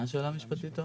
מה השאלה המשפטית?